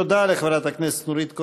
תודה לחברת הכנסת נורית קורן.